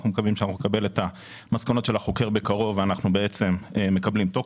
ואנחנו מקווים שנקבל את מסקנות החוקר בקרוב ונקבל תוקף.